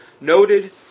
noted